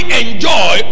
enjoy